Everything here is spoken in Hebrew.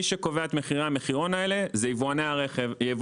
מי שקובע את מחירי המחירון האלה זה יבואני החלפים.